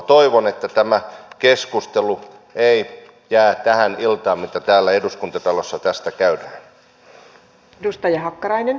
toivon että ei jää tähän iltaan tämä keskustelu mitä täällä eduskuntatalossa tästä käydään